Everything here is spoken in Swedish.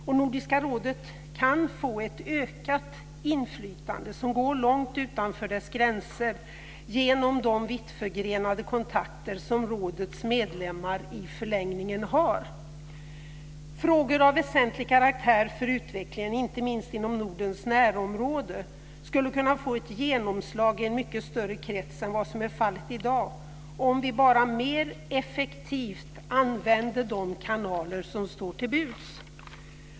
Och Nordiska rådet kan få ett ökat inflytande som går långt utanför Nordens gränser genom de vittförgrenade kontakter som rådets medlemmar i förlängningen har. Frågor av väsentlig karaktär för utvecklingen, inte minst inom Nordens närområde, skulle kunna få ett genomslag i en mycket större krets än vad som är fallet i dag om vi bara mer effektivt använde de kanaler som står till buds.